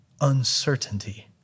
uncertainty